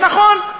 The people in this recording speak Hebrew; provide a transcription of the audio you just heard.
ונכון,